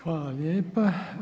Hvala lijepa.